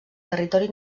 territori